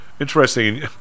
interesting